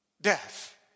death